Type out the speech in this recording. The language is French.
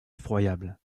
effroyable